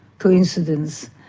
coincidence?